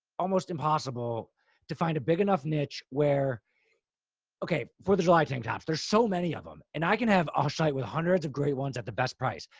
almost impossible to find a big enough niche where okay. forth of july tank tops, there's so many of them and i can have off site with hundreds of great ones at the best price,